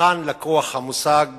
מהיכן לקוח המושג